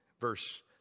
Verse